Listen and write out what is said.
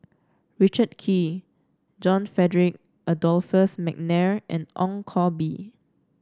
Richard Kee John Frederick Adolphus McNair and Ong Koh Bee